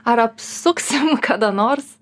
ar apsuksim kada nors